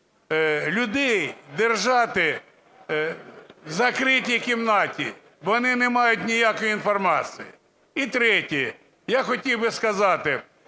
людей держать в закритій кімнаті, вони не мають ніякої інформації. І третє. Я хотів би сказати,